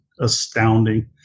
astounding